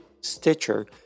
Stitcher